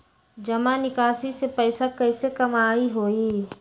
जमा निकासी से पैसा कईसे कमाई होई?